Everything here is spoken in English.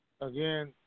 Again